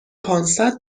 پانصد